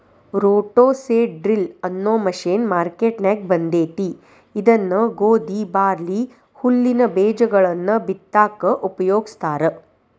roto seed drill ಅನ್ನೋ machine ಮಾರ್ಕೆನ್ಯಾಗ ಬಂದೇತಿ ಇದನ್ನ ಗೋಧಿ, ಬಾರ್ಲಿ, ಹುಲ್ಲಿನ ಬೇಜಗಳನ್ನ ಬಿತ್ತಾಕ ಉಪಯೋಗಸ್ತಾರ